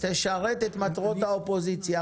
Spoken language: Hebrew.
אז תשרת את מטרות האופוזיציה.